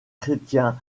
chrétiens